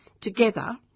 together